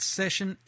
session